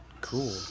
Cool